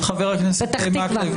פתח תקוה.